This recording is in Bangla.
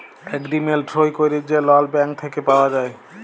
এগ্রিমেল্ট সই ক্যইরে যে লল ব্যাংক থ্যাইকে পাউয়া যায়